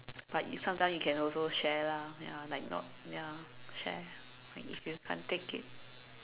but you sometime you can also share lah ya like not ya share like if you can't take it